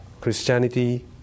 Christianity